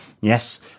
Yes